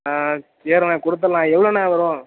சரின கொடுத்துர்லான் எவ்வளோண்ண வரும்